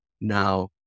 now